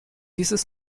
dieses